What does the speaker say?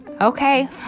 Okay